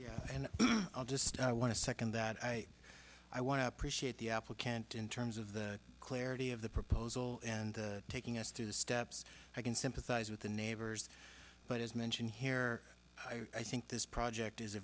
god and i'll just i want to second that i i want to appreciate the applicant in terms of the clarity of the proposal and taking us through the steps i can sympathize with the neighbors but as mentioned here i think this project is a